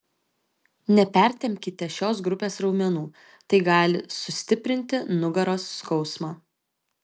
nepertempkite šios grupės raumenų tai gali sustiprinti nugaros skausmą